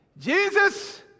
Jesus